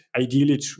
Ideally